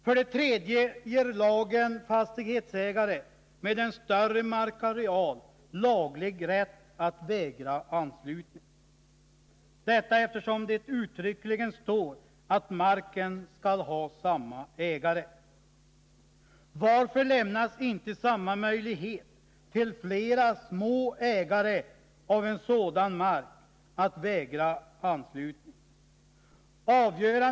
För det tredje ger lagen fastighetsägare med en större markareal laglig rätt att vägra anslutning — detta på grund av att det uttryckligen står att marken skall ha samma ägare. Varför lämnas inte till flera små ägare av sådan mark samma möjlighet att vägra anslutning?